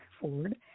Ford